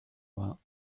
vingts